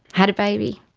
had a baby.